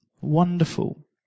Wonderful